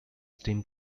steam